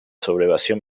sublevación